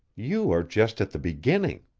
you are just at the beginning.